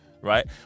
Right